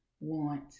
want